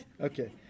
Okay